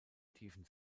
tiefen